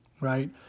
right